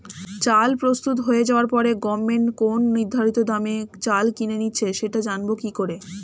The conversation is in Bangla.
চাল প্রস্তুত হয়ে যাবার পরে গভমেন্ট কোন নির্ধারিত দামে চাল কিনে নিচ্ছে সেটা জানবো কি করে?